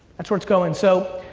that's where it's going. so,